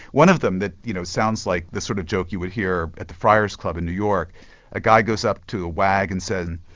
one of them that you know sounds like the sort of joke you would hear at the friars club in new york a guy goes up to a wag and says,